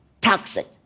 toxic